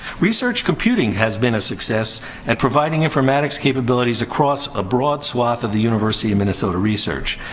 research computing has been a success at providing informatics capabilities across a broad swath of the university of minnesota research.